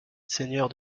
seigneur